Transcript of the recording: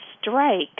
strike